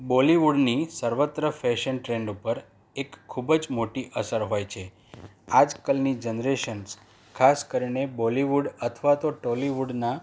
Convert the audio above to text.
બોલીવુડની સર્વત્ર fashion trend ઉપર એક ખૂબ જ મોટી અસર હોય છે આજકાલની જનરેશન્સ ખાસ કરીને બોલીવુડ અથવા તો ટોલિવૂડના